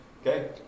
Okay